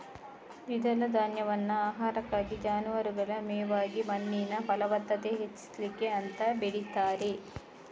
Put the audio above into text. ದ್ವಿದಳ ಧಾನ್ಯವನ್ನ ಆಹಾರಕ್ಕಾಗಿ, ಜಾನುವಾರುಗಳ ಮೇವಾಗಿ ಮಣ್ಣಿನ ಫಲವತ್ತತೆ ಹೆಚ್ಚಿಸ್ಲಿಕ್ಕೆ ಅಂತ ಬೆಳೀತಾರೆ